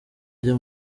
ajya